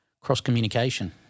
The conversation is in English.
cross-communication